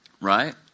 Right